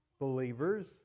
believers